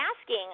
asking